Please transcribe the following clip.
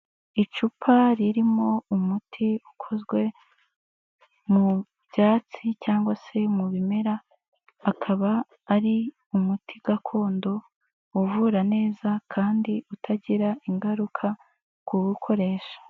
Icupa ririmo umuti ukozwe mu byatsi cyangwa se mu bimera, akaba ari umuti gakondo uvura neza kandi utagira ingaruka ku uwukoresha.